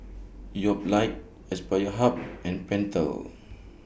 Yoplait Aspire Hub and Pentel